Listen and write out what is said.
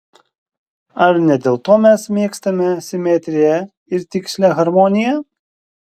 ar ne dėl to mes mėgstame simetriją ir tikslią harmoniją